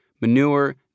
manure